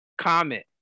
comment